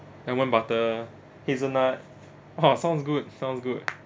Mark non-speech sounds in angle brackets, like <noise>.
lemon butter hazelnut ha sounds good sounds good <noise>